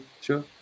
sure